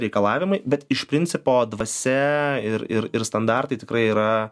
reikalavimai bet iš principo dvasia ir ir ir standartai tikrai yra